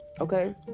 okay